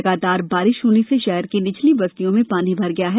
लगातार बारिश से शहर की निचली बस्तियों में पानी भर गया है